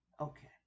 Okay